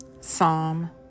Psalm